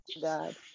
God